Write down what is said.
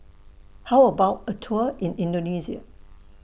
How about A Tour in Indonesia